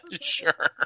Sure